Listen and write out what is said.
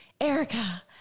Erica